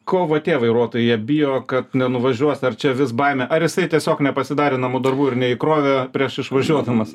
ko va tie vairuotojai jie bijo kad nenuvažiuos ar čia vis baimė ar jisai tiesiog nepasidarė namų darbų ir neįkrovė prieš išvažiuodamas